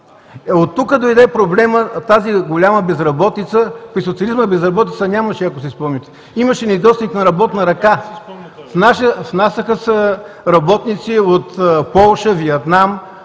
Оттук дойде проблемът – тази голяма безработица. При социализма нямаше безработица, ако си спомняте. Имаше недостиг на работна ръка, внасяха се работници от Полша, Виетнам,